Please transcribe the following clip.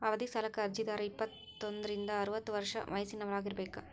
ಅವಧಿ ಸಾಲಕ್ಕ ಅರ್ಜಿದಾರ ಇಪ್ಪತ್ತೋಂದ್ರಿಂದ ಅರವತ್ತ ವರ್ಷ ವಯಸ್ಸಿನವರಾಗಿರಬೇಕ